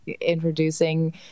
introducing